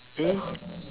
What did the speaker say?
yeah